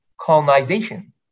colonization